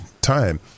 time